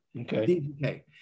okay